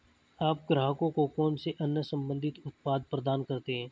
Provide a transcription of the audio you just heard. आप ग्राहकों को कौन से अन्य संबंधित उत्पाद प्रदान करते हैं?